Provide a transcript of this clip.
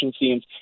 scenes